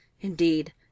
indeed